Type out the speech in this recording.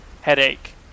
headache